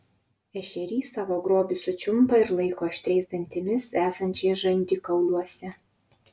ešerys savo grobį sučiumpa ir laiko aštriais dantimis esančiais žandikauliuose